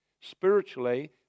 Spiritually